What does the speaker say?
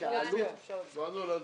שהעלות --- באנו להצביע.